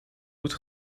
moet